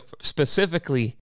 Specifically